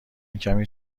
کمی